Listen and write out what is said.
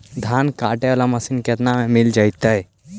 धान काटे वाला मशीन केतना में मिल जैतै?